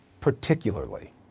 particularly